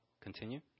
Continue